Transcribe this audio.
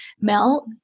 Mel